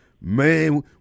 man